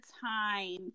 time